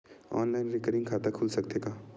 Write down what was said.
Online recurring खाता खुल सकथे का?